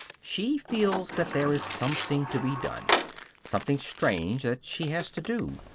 she feels that there is something to be done something strange, that she has to do.